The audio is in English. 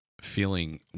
feeling